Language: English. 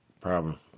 problem